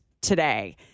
today